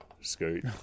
Scoot